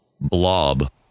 blob